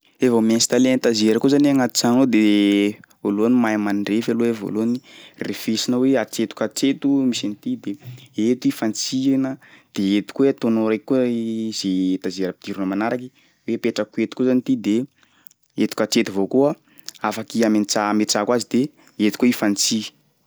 Re vao mi-installer étagère koa zany agnaty tragno ao de voalohany mahay mandrefy aloha iha voalohany, refesinao hoe hatreto ka hatreto misy an'ity de eto i fantsihana de eto koa ataonao raiky koa zay étagère ampidirinao manaraky hoe apetrako eto koa zany ty de eto ka hatreto avao koa afaky amitraha- ametrahako azy de eto koa i fantsihy.